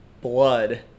blood